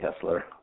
Kessler